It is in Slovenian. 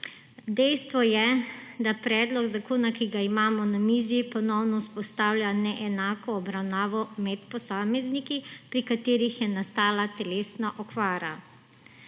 Dejstvo je, da predlog zakona, ki ga imamo na mizi, ponovno vzpostavlja neenako obravnavo med posamezniki, pri katerih je nastala telesna okvara.